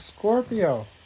Scorpio